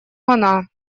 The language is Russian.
она